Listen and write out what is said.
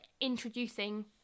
introducing